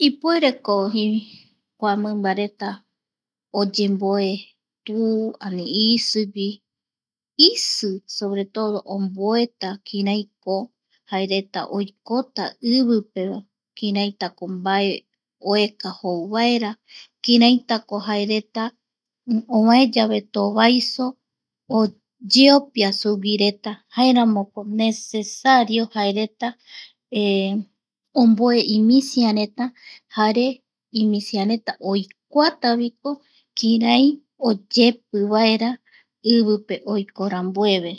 Ipuereko. Kua mimbareta oyemboe tu ani isi gui, isi sobre todo omboeta kiraiko jaereta oikota ivipeva kiratako mbae oeka jou vaera, kiraitako jaereta ovae yave tovaiso oyeo pia suguireta, jaeramoko necesario jaereta omboe imisiareta jare imisiareta oikuataviko kirai oyepiareta ivipe oiko rambueve